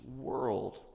world